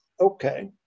Okay